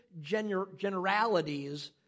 generalities